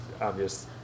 obvious